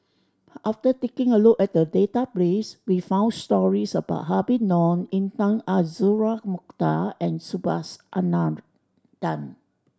after taking a look at the database we found stories about Habib Noh Intan Azura Mokhtar and Subhas Anandan